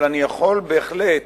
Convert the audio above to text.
אבל אני יכול בהחלט